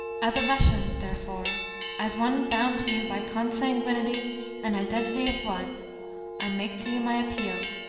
as a russian, therefore as one bound to you by consanguinity and identity of blood i make to you my appeal.